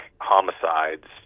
homicides